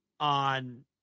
on